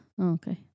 Okay